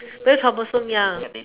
very troublesome ya